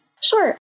Sure